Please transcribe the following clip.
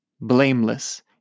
blameless